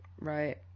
Right